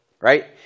right